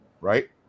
right